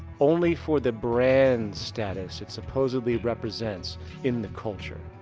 only for the brand status it supposedly represents in the culture.